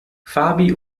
fabi